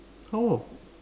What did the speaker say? how